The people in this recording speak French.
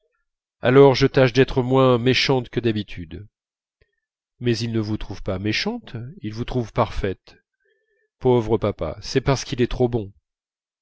alors je tâche d'être moins méchante que d'habitude mais il ne vous trouve pas méchante il vous trouve parfaite pauvre papa c'est parce qu'il est trop bon